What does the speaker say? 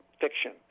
fiction